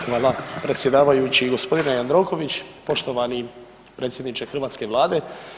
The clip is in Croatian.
Hvala predsjedavajući gospodine Jandroković, poštovani predsjedničke hrvatske Vlade.